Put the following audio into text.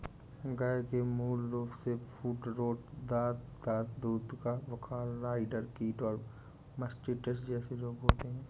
गय के मूल रूपसे फूटरोट, दाद, दूध का बुखार, राईडर कीट और मास्टिटिस जेसे रोग होते हें